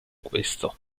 questo